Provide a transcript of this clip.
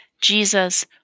Jesus